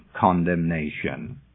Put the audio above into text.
Condemnation